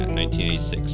1986